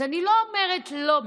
אז אני לא אומרת לא בכלל.